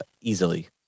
easily